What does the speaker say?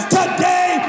today